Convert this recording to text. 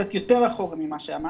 אני אלך קצת יותר אחורה ממה שאמרת.